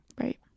Right